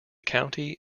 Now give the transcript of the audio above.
county